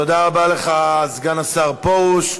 תודה רבה לך, סגן השר פרוש.